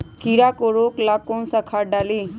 कीड़ा के रोक ला कौन सा खाद्य डाली?